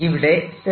ഇവിടെ s 0